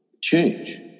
change